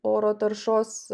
oro taršos